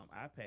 iPad